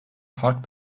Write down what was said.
fark